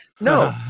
No